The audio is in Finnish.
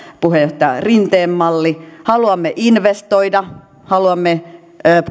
puheenjohtaja rinteen malli haluamme investoida haluamme